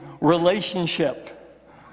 relationship